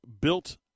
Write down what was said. built –